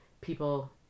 people